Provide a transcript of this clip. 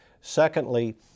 Secondly